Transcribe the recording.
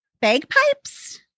bagpipes